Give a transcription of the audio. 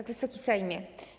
Wysoki Sejmie!